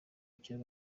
icyo